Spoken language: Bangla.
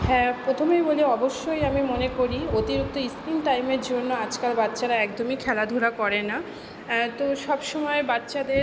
হ্যাঁ প্রথমেই বলি অবশ্যই আমি মনে করি অতিরিক্ত স্ক্রিন টাইমের জন্য আজকাল বাচ্চারা একদমই খেলাধুলা করে না তো সবসময় বাচ্চাদের